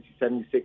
1976